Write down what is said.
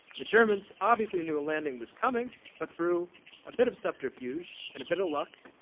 the germans obviously knew a landing was coming but through a bit of scepter fuse and a bit of luck